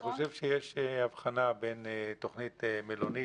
חושב שיש הבחנה בין תוכנית מלונית,